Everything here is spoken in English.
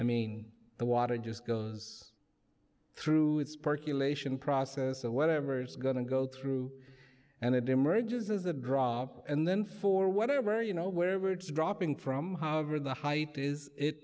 i mean the water just goes through its percolation process or whatever's going to go through and it emerges as a drop and then for whatever you know wherever it's dropping from however the height is it